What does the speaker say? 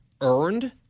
earned